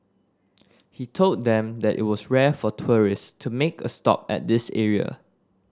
he told them that it was rare for tourists to make a stop at this area